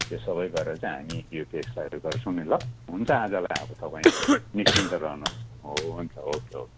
यो सबै गरेर चाहिँ हामी यो केसलाई गर्छौँ नि ल हुन्छ आजलाई अब तपाईँ निश्चिन्त रहनुहोस् हो हुन्छ ओके ओके